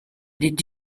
did